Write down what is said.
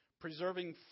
preserving